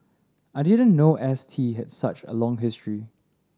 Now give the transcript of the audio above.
I didn't know S T had such a long history